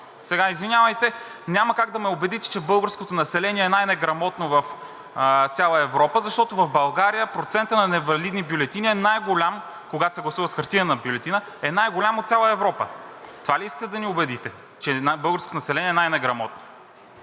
Сега, извинявайте, няма как да ме убедите, че българското население е най-неграмотно в цяла Европа, защото в България процентът на невалидни бюлетини е най-голям, когато се гласува с хартиена бюлетина, и е най-голям в цяла Европа. Това ли искате да ни убедите – че българското население е най-неграмотно?